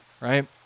right